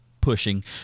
pushing